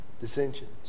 dissensions